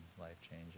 life-changing